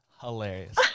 hilarious